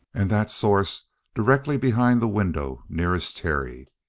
and that source directly behind the window nearest terry.